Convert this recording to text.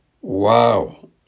Wow